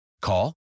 Call